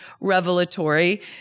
revelatory